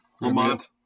Lamont